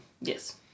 Yes